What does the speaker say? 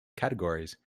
categories